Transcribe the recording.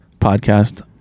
podcast